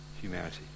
humanity